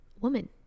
woman